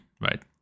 right